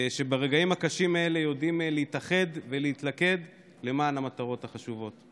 שברגעים הקשים האלה יודעים להתאחד ולהתלכד למען המטרות החשובות.